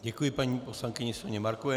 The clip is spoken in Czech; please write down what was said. Děkuji paní poslankyni Soně Markové.